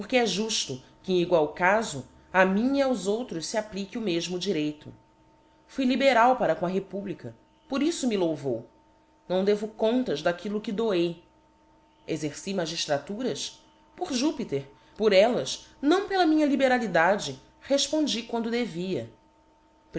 é jufto que em egual cafo a mim e aos outros fe applique o meímo direito fui liberal para com a republica por iíto me louvou não devo contas daquillo que doei exerci magiftraturas por júpiter por ellas não pela minha liberalidade refpondi quando devia